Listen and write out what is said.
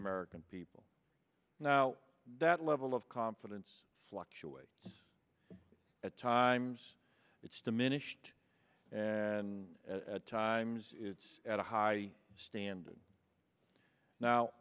american people now that level of confidence fluctuates at times it's diminished and at times it's at a high standard now